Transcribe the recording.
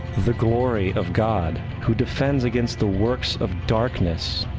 the glory of god who defends against the works of darkness,